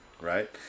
right